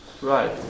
Right